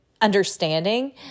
understanding